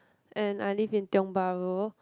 and I live in Tiong-Bahru